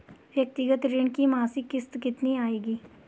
व्यक्तिगत ऋण की मासिक किश्त कितनी आएगी?